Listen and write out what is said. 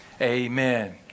Amen